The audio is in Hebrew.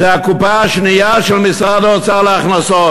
זה הקופה השנייה של משרד האוצר להכנסות.